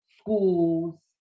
schools